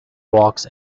walks